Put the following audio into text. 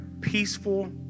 peaceful